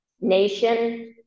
nation